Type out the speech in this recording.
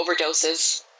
overdoses